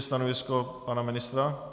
Stanovisko pana ministra?